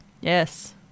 yes